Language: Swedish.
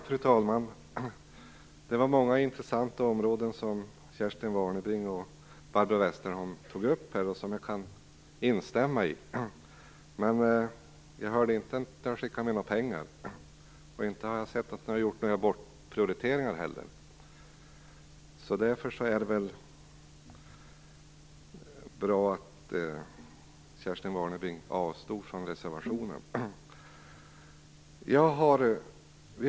Fru talman! Det var många intressanta områden som Kerstin Warnerbring och Barbro Westerholm tog upp här. De sade mycket som jag kan instämma i. Men jag hörde inte att de skickade med några pengar. Inte har jag sett att det har gjorts några bortprioriteringar heller. Därför är det bra att Kerstin Warnerbring avstod från att yrka bifall till reservationen.